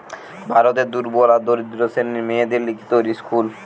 ভারতের দুর্বল আর দরিদ্র শ্রেণীর মেয়েদের লিগে তৈরী স্কুল